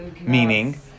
meaning